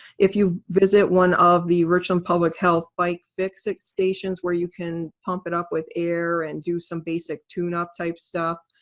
if you visit one of the richland public health bike fix-it stations, where you can pump it up with air, and do some basic tune up type stuff,